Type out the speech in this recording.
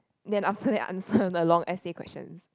then after that answer the long essay question